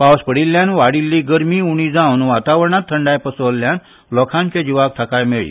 पावस पडिल्ल्यान वाडिल्ली गरमी उणी जावन वातावरणांत थंडांय पातळिल्ल्यान लोकांच्या जिवाक थाकाय मेळ्ळी